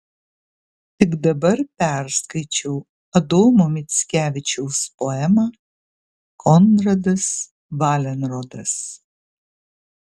tik dabar perskaičiau adomo mickevičiaus poemą konradas valenrodas